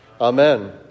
Amen